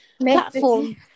platform